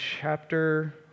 chapter